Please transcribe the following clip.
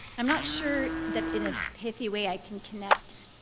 i'm not sure that, in a pathy way, i can connect